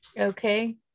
Okay